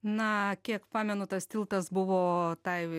na kiek pamenu tas tiltas buvo tai